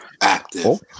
active